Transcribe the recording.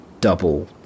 double